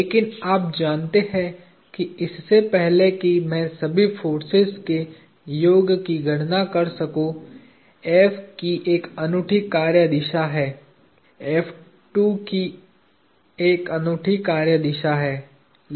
लेकिन आप जानते हैं कि इससे पहले कि मैं सभी फोर्सेज के योग की गणना कर सकूं F की एक अनूठी कार्य दिशा है की एक अनूठी कार्य दिशा है